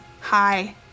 hi